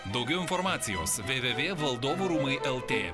daugiau informacijos v v v valdovų rūmai el t